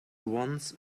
once